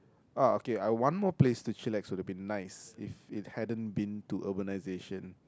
ah okay I have one more place to chillax would have been nice if it hadn't been to urbanization